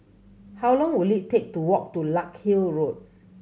how long will it take to walk to Larkhill Road